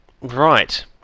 Right